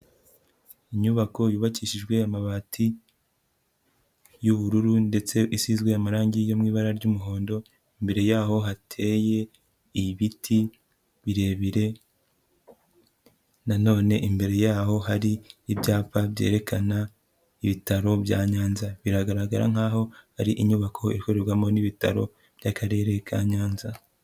Inyubako yubakishijwe amabati y'ubururu ndetse isizwe amarangi yo mu ibara ry'umuhondo, imbere yaho hateye ibiti birebire, na none imbere yaho hari ibyapa byerekana ibitaro bya Nyanza. Biragaragara nkaho ari inyubako ikorerwamo n'ibitaro by'akarere ka Nyanza.